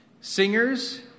Singers